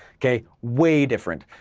okay, way different.